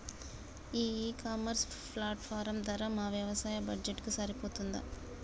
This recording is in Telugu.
ఈ ఇ కామర్స్ ప్లాట్ఫారం ధర మా వ్యవసాయ బడ్జెట్ కు సరిపోతుందా?